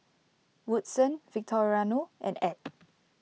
Woodson Victoriano and Add